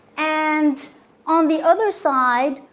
and on the other side,